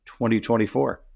2024